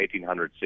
1860